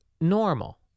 normal